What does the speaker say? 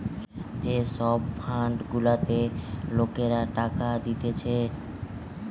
যে সব ফান্ড গুলাতে লোকরা টাকা দিতেছে